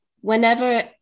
whenever